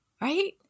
right